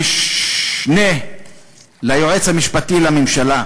המשנה ליועץ המשפטי לממשלה,